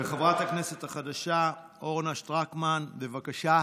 חברת הכנסת החדשה אורנה שטרקמן, בבקשה.